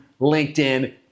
LinkedIn